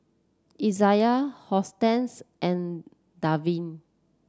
Izayah Hortense and Davian